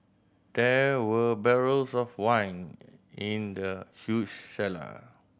there were barrels of wine in the huge cellar